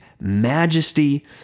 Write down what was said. majesty